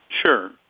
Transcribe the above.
Sure